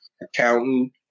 accountant